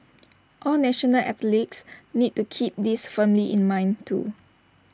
all national athletes need to keep this firmly in mind too